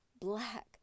black